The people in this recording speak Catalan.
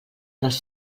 dels